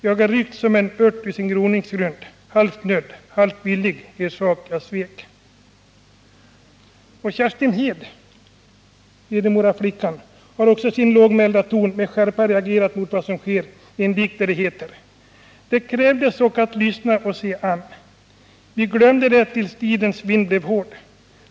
Jag är ryckt som en ört ur sin groningsgrund, halvt nödd, halvt villig er sak jag svek.” Författarinnan Kerstin Hed, Hedemora, har också i sin lågmälda ton med skärpa reagerat mot vad som sker i en dikt, där det heter: ”Det krävdes ork att lyssna och se an. Vi glömde det tills tidens vind blev hård.